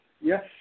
Yes